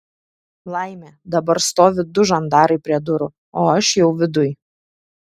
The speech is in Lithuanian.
laimė dabar stovi du žandarai prie durų o aš jau viduj